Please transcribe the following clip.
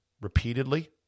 repeatedly